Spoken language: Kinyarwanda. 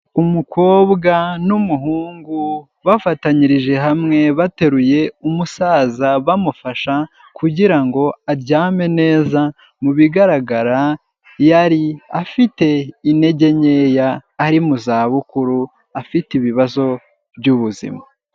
Umukobwa n'umuhungu bafatanyirije hamwe bateruye umusaza bamufasha kugira ngo aryame neza, mu bigaragara yari afite intege nkeya, ari mu zabukuru afite ibibazo by'ubuzima.